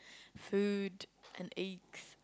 food and eggs